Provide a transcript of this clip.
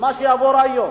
מה שיעבור היום,